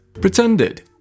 Pretended